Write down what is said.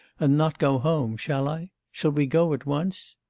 and not go home, shall i? shall we go at once